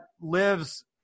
lives